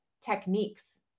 techniques